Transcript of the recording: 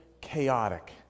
chaotic